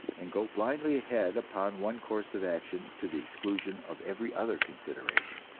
and go blindly ahead upon one course of action, to the exclusion of every other consideration!